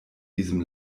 diesem